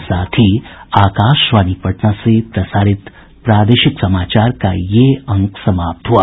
इसके साथ ही आकाशवाणी पटना से प्रसारित प्रादेशिक समाचार का ये अंक समाप्त हुआ